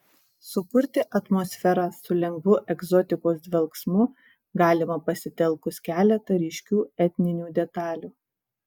sukurti atmosferą su lengvu egzotikos dvelksmu galima pasitelkus keletą ryškių etninių detalių